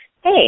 Hey